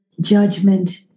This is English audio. judgment